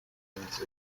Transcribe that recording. lands